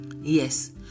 Yes